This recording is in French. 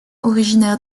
originaire